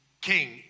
king